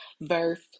verse